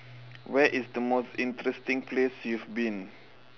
where is the most interesting place you've been